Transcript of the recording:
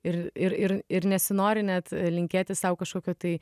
ir ir ir ir nesinori net linkėti sau kažkokio tai